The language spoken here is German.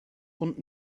und